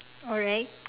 alright